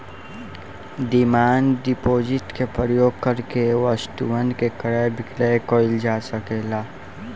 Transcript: demand deposit के प्रयोग करके वस्तुअन के क्रय विक्रय कईल जा सकेला